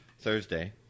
Thursday